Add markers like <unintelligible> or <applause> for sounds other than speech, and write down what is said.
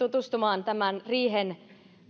<unintelligible> tutustumaan tämän riihen